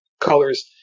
colors